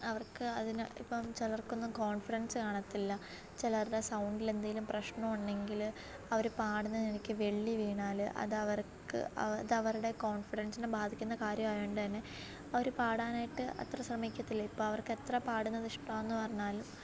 അവർക്ക് അതിന് ഇപ്പോള് ചിലർക്കൊന്നും കോൺഫിഡൻസ് കാണത്തില്ല ചിലരുടെ സൗണ്ടിലെന്തെങ്കിലും പ്രശ്നം ഉണ്ടെങ്കില് അവര് പാടുന്നത് എനിക്ക് വെള്ളി വീണാല് അത് അവർക്ക് അത് അവരുടെ കോൺഫിഡൻസിനെ ബാധിക്കുന്ന കാര്യം ആയോണ്ടുതന്നെ അവര് പാടാനായിട്ട് അത്ര ശ്രമിക്കത്തില്ല ഇപ്പോള് അവർക്ക് എത്ര പാടുന്നത് ഇഷ്ടമാണെന്ന് പറഞ്ഞാലും